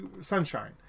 Sunshine